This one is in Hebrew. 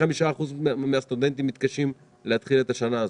25% מהסטודנטים מתקשים להתחיל את השנה הזו.